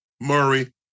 Murray